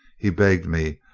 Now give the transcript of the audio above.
he begged me,